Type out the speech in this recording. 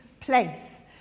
place